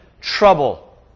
trouble